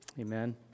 Amen